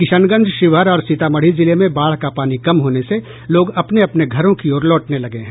किशनगंज शिवहर और सीतामढ़ी जिले में बाढ़ का पानी कम होने से लोग अपने अपने घरों की ओर लौटने लगे हैं